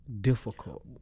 difficult